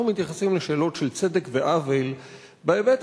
אנחנו מתייחסים לשאלות של צדק ועוול בהיבט